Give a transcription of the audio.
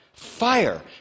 Fire